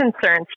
concerns